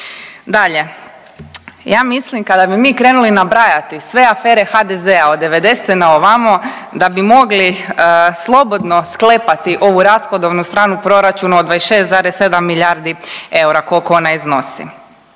Dalje, ja mislim kada bi mi krenuli nabrajati sve afere HDZ-a od '90. na ovamo da bi mogli slobodno sklapati ovu rashodovnu stranu proračuna od 26,7 milijardi eura koliko ona iznosi.